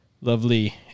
lovely